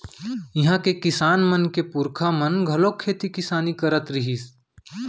इहां के किसान मन के पूरखा मन घलोक खेती किसानी करत रिहिस